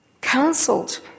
counseled